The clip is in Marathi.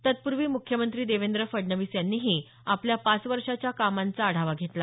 तत्पूर्वी मुख्यमंत्री देवेंद्र फडणवीस यांनीही आपल्या पाच वर्षाच्या कामांचा आढावा घेतला